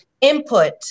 input